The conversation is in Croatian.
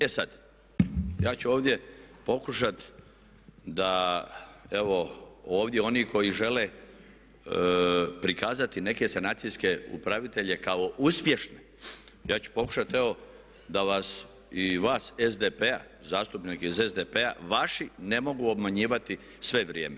E sada, ja ću ovdje pokušati da evo ovdje oni koji žele prikazati neke sanacijske upravitelje kao uspješne, ja ću pokušati evo da vas i vas zastupnike iz SDP-a vaši ne mogu obmanjivati sve vrijeme.